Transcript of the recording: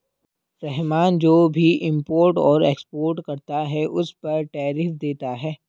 रहमान जो भी इम्पोर्ट और एक्सपोर्ट करता है उस पर टैरिफ देता है